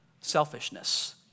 selfishness